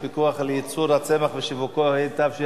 כדי שלא לגזור עליהם גזירה שלא יוכלו לעמוד